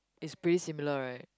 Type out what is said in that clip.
it's pretty similar right